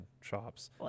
shops